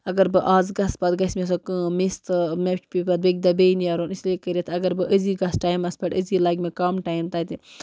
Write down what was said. اگر بہٕ آز گژھٕ پَتہٕ گژھِ مےٚ سۄ کٲم مِس تہٕ مےٚ پے پَتہٕ بیٚکہِ دۄہ بیٚیہِ نیرُن اس لیے کٔرِتھ اگر بہٕ أزی گژھٕ ٹایِمَس پٮ۪ٹھ أزی لَگہِ مےٚ کَم ٹایِم تَتہِ